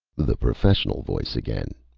the professional voice again.